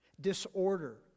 disorder